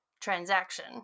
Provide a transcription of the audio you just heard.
transaction